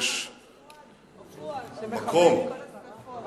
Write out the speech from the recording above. שר החוץ פואד, שמכבה את כל השרפות.